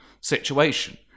situation